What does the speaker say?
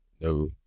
no